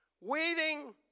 Waiting